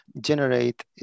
generate